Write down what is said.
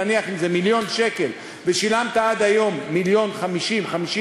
נניח אם זה מיליון שקל ושילמת עד היום מיליון ו-50,000,